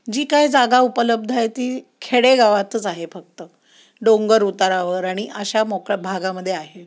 जी काही जागा उपलब्ध आहे ती खेडेगावातच आहे फक्त डोंगर उतारावर आणि अशा मोकळ्या भागामध्ये आहे